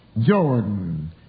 Jordan